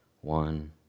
one